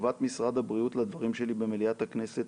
בתשובת משרד הבריאות לדברים שלי במליאת הכנסת,